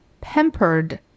pampered